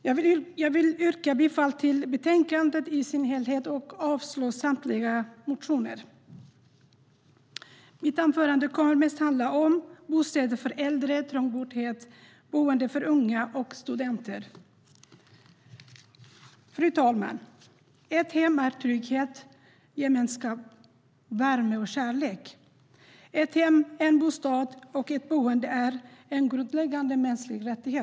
Jag yrkar bifall till förslaget i betänkandet i dess helhet och avslag på samtliga motioner. Mitt anförande kommer mest att handla om bostäder för äldre, trångboddhet samt boende för unga och studenter. Fru talman! Ett hem är trygghet, gemenskap, värme och kärlek. Ett hem, en bostad och ett boende är en grundläggande mänsklig rättighet.